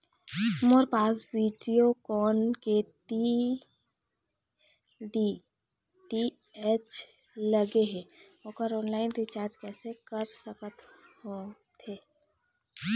मोर पास वीडियोकॉन के डी.टी.एच लगे हे, ओकर ऑनलाइन रिचार्ज कैसे कर सकत होथे?